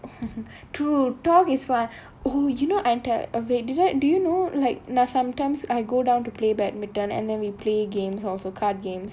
true talk is fun oh you know anton uh wait uh do you know like na~ sometimes I go down to play badminton and then we play games also card games